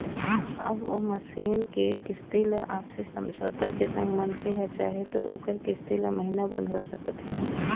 अब ओ मसीन के किस्ती ल आपसी समझौता के संग मनखे ह चाहे त ओखर किस्ती ल महिना बंधवा सकत हे